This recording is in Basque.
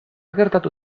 gertatu